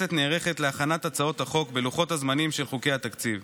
הכנסת נערכת להכנת הצעות החוק בלוחות הזמנים של חוקי התקציב.